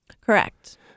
Correct